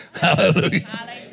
Hallelujah